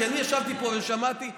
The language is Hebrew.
כי אני ישבתי פה ושמעתי את,